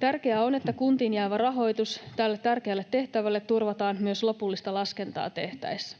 Tärkeää on, että kuntiin jäävä rahoitus tähän tärkeään tehtävään turvataan myös lopullista laskentaa tehtäessä.